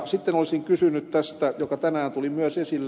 sitten olisin kysynyt tästä mikä tänään tuli myös esille